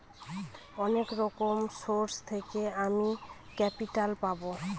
অনেক রকম সোর্স থেকে আমি ক্যাপিটাল পাবো